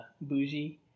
bougie